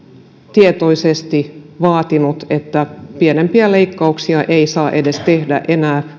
tietoisesti vaatinut että edes pienempiä leikkauksia ei saa enää